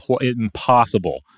impossible